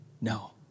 No